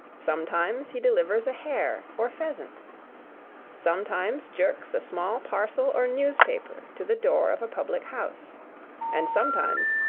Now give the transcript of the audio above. sometimes he delivers a hare or pheasant sometimes jerks a small parcel or newspaper to the door of a public-house and sometimes,